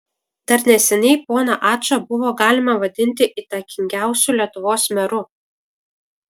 dar neseniai poną ačą buvo galima vadinti įtakingiausiu lietuvos meru